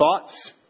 thoughts